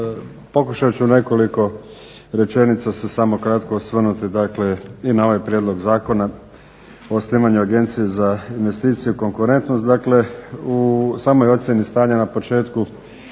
pokušat ću u nekoliko rečenica se samo kratko osvrnuti dakle i na ovaj prijedlog Zakona o osnivanju Agencije za investicije i konkurentnost.